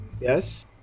Yes